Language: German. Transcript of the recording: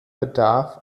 bedarf